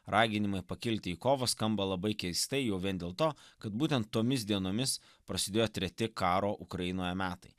raginimai pakilti į kovą skamba labai keistai jau vien dėl to kad būtent tomis dienomis prasidėjo treti karo ukrainoje metai